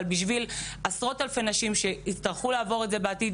אבל בשביל עשרות אלפי נשים שיצטרכו לעבור את זה בעתיד,